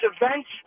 events